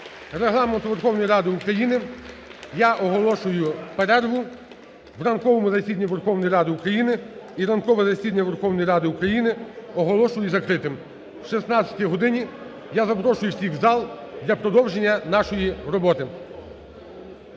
Регламенту Верховної Ради України я оголошую перерву в ранковому засіданні Верховної Ради України. І ранкове засідання Верховної Ради України оголошую закритим. О 16-й годині я запрошую всіх в зал для продовження нашої роботи.